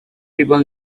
people